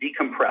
decompress